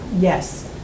yes